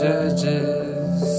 Judges